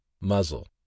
muzzle